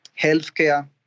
healthcare